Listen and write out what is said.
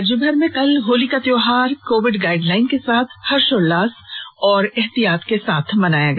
राज्य भर में कल होली का त्यौहार कोविड गाइडलाइन के साथ हर्षोल्लास और एहतियात के साथ मनाया गया